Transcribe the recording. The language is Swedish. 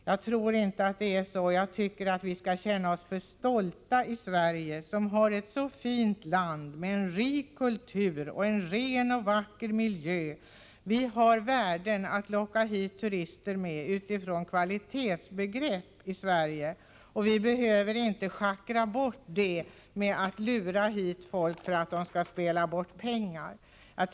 Jag tycker att vi skall känna oss för stolta för att försöka locka hit turister med hjälp av spelkasinon. Vi har ett så fint land med en rik kultur och en ren och vacker miljö. Vi har värden av hög kvalitet med hjälp av vilka vi kan få hit turister. Låt oss inte schackra bort dem och i stället lura hit folk för att spela bort pengar.